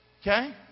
Okay